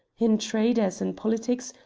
in trade, as in politics,